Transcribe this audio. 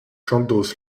chandos